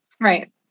Right